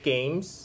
Games